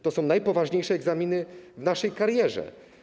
To są najpoważniejsze egzaminy w naszej karierze.